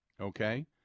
okay